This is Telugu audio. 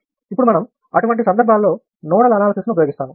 ఇపుడు మనం అటువంటి సందర్భాలలో నోడల్ అనాలిసిస్ ను ఉపయోగిస్తాము